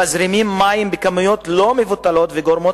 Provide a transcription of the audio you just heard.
מזרימות מים בכמויות לא מבוטלות וגורמות